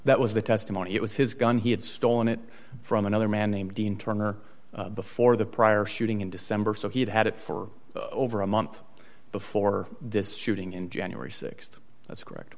that was the testimony it was his gun he had stolen it from another man named dean turner before the prior shooting in december so he had had it for over a month before this shooting in january th that's correct